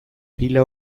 pila